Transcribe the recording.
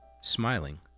smiling